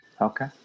Okay